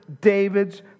David's